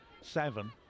seven